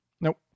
Nope